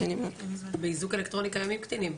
באיזוק אלקטרוני קיימים קטינים.